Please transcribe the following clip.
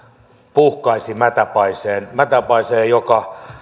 puhkaisi mätäpaiseen mätäpaiseen joka